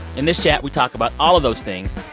in this chat, we talk about all of those things,